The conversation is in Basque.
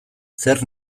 zer